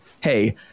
hey